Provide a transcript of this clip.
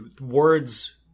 words